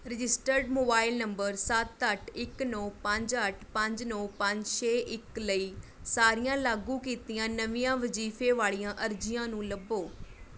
registered mobile number ਸੱਤ ਅੱਠ ਇੱਕ ਨੌ ਪੰਜ ਅੱਠ ਪੰਜ ਨੌ ਪੰਜ ਛੇ ਇੱਕ ਲਈ ਸਾਰੀਆਂ ਲਾਗੂ ਕੀਤੀਆਂ ਨਵੀਆਂ ਵਜ਼ੀਫੇ ਵਾਲ਼ੀਆਂ ਅਰਜ਼ੀਆਂ ਨੂੰ ਲੱਭੋ